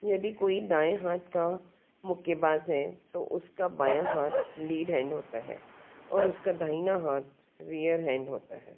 यदि कोई दाएँ हाथ का मुक्केबाज़ है तो उसका बायाँ हाथ लीड हैंड होता है और उसका दाहिना हाथ रियर हैंड होता है